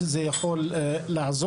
שזה יכול לעזור.